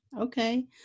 Okay